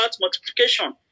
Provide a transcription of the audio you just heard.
multiplication